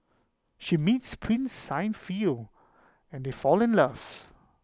she meets prince Siegfried and they fall in love